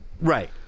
right